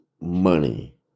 money